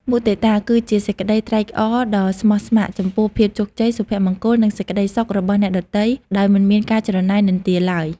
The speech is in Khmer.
មុទិតា គឺជាសេចក្តីត្រេកអរដ៏ស្មោះស្ម័គ្រ ចំពោះភាពជោគជ័យ សុភមង្គល និងសេចក្តីសុខរបស់អ្នកដទៃ ដោយមិនមានការច្រណែននិន្ទាឡើយ។